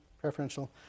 preferential